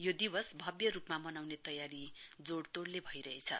यो दिवस भब्य रुपमा मनाउने तयारी जोइतोइले भइरहेछ